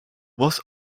was